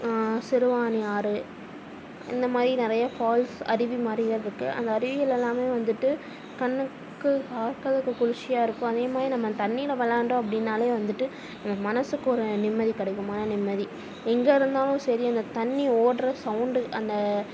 சிறுவாணி ஆறு இந்தமாதிரி நிறைய ஃபால்ஸ் அருவி மாதிரி வேறு இருக்குது அந்த அருவிகளயெல்லாமே வந்துட்டு கண்ணுக்கு பார்க்குறதுக்கு குளிர்ச்சியாக இருக்கும் அதேமாதிரி நம்ம தண்ணியில் விளையாண்டோம் அப்படின்னாலே வந்துட்டு நம்ம மனதுக்கு ஒரு நிம்மதி கிடைக்கும் மன நிம்மதி எங்கே இருந்தாலும் சரி இந்த தண்ணி ஓடுற சவுண்டு அந்த